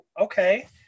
okay